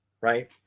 right